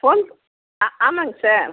phone ஆ ஆமாங்க sir